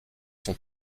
sont